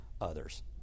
others